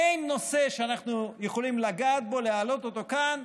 אין נושא שאנחנו יכולים לגעת בו, להעלות אותו כאן,